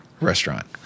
restaurant